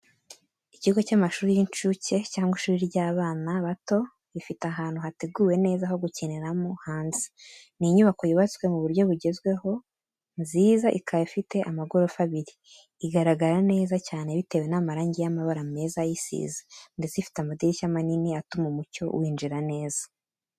Ikigo cy'amashuri y'inshuke cyangwa ishuri ry'abana bato, rifite ahantu hateguwe neza ho gukiniramo hanze. Ni inyubako yubatswe mu buryo bugezweho nziza ikaba ifite amagorofa abiri. Igaragara neza cyane bitewe n'amarange y'amabara meza ayisize ndetse ifite amadirishya manini atuma umucyo winjira neza.